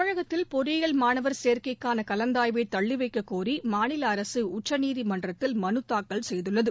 தமிழகத்தில் பொறியியில் மானவர் சேர்க்கைக்கான கலந்தாய்வை தள்ளிவைக்கக்கோரி மாநில அரசு உச்சநீதிமன்றத்தில் மனுதாக்கல் செய்துள்ளது